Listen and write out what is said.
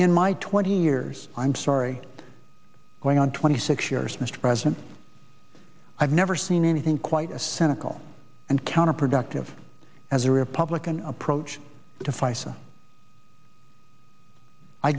in my twenty years i'm sorry going on twenty six years mr president i've never seen anything quite as cynical and counterproductive as a republican approach to f